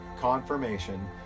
confirmation